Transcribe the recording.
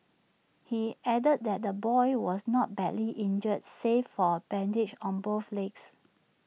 he added that the boy was not badly injured save for bandages on both legs